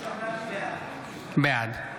בעד מאיר